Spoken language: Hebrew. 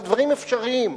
והדברים אפשריים.